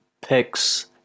picks